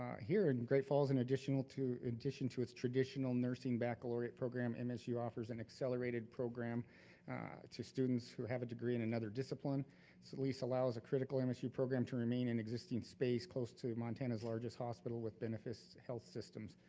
um here in great falls, an additional to, in addition to its traditional nursing baccalaureate program, and msu offers an accelerated program to students who have a degree in another discipline. it at least allows a critical and msu program to remain in existing space close to montana's largest hospital with benefits health systems.